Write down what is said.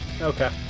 okay